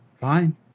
fine